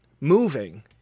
moving